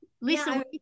Lisa